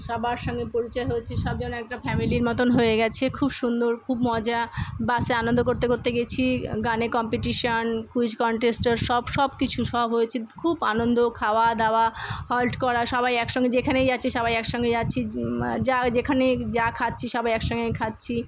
সবার সঙ্গে পরিচয় হয়েছে সব যেন একটা ফ্যামিলির মতন হয়ে গেছে খুব সুন্দর খুব মজা বাসে আনন্দ করতে করতে গেছি গানে কম্পিটিশন ক্যুইজ কন্টেস্টের সব সবকিছু সব হয়েছে খুব আনন্দ খাওয়াদাওয়া হল্ট করা সবাই একসঙ্গে যেখানেই যাচ্ছি সবাই একসঙ্গে যাচ্ছি যে যা যেখানে যা খাচ্ছি সবাই একসঙ্গে খাচ্ছি